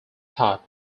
thought